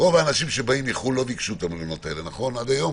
רוב האנשים שבאים מחו"ל לא ביקשו את המלוניות האלה עד היום.